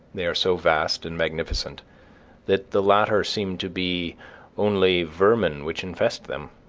they are so vast and magnificent that the latter seem to be only vermin which infest them.